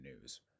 news